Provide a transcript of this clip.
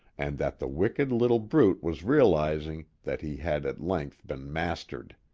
and that the wicked little brute was realizing that he had at length been mastered.